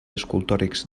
escultòrics